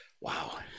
Wow